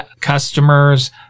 customers